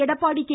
Edappadi K